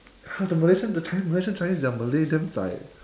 !huh! the malaysian the chinese malaysian chinese their malay damn zai eh